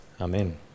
Amen